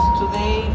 today